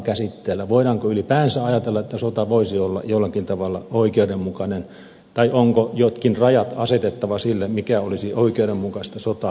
voidaanko ylipäänsä ajatella että sota voisi olla jollakin tavalla oikeudenmukainen tai onko jotkin rajat asetettava sille mikä olisi oikeudenmukaista sotaa